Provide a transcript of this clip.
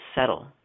settle